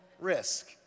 risk